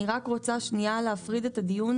אני רק רוצה להפריד את הדיון